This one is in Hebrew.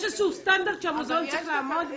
יש איזשהו סטנדרט שהמוזיאון צריך לעמוד בו.